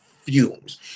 fumes